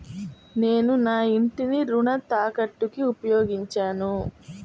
నేను నా ఇంటిని రుణ తాకట్టుకి ఉపయోగించాను